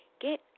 get